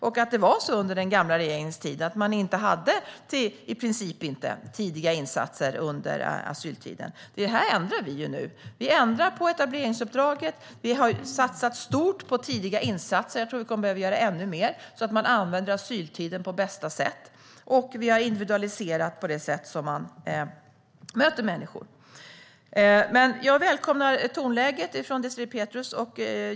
Och under den gamla regeringens tid hade man i princip inte tidiga insatser under asyltiden. Det ändrar vi nu. Vi ändrar på etableringsuppdraget. Vi har satsat stort på tidiga insatser. Jag tror att vi kommer att behöva göra ännu mer, så att man använder asyltiden på bästa sätt. Och vi har individualiserat det sätt som man möter människor på. Men jag välkomnar tonläget från Désirée Pethrus.